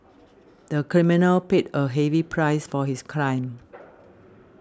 the criminal paid a heavy price for his crime